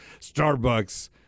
starbucks